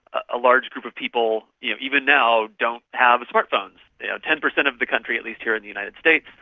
a large group of people you know even now don't have smart phones, and ten percent of the country, at least here in the united states,